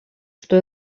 что